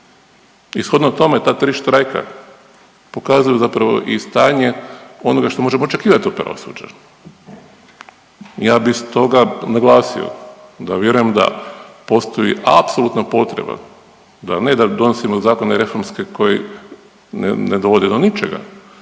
I shodno tome ta tri štrajka pokazuju zapravo i stanje onoga što možemo očekivati od pravosuđa. Ja bi stoga naglasio da vjerujem da postoji apsolutna potreba ne da donosimo zakone i reformske koji ne dovode do ničega